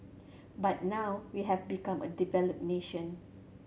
but now we have become a developed nation